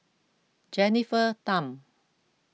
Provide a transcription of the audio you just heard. Jennifer Tham